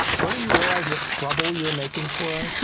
don't you realize what trouble you're making for us?